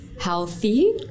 healthy